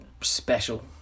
special